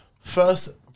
First